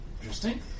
Interesting